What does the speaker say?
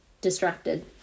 distracted